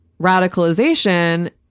radicalization